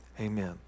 Amen